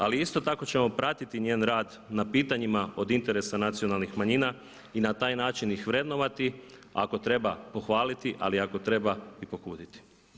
Ali isto tako ćemo pratiti njen rad na pitanjima od interesa nacionalnih manjina i na taj način ih vrednovati, ako treba pohvaliti ali ako treba i pokuditi.